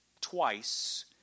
twice